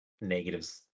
negatives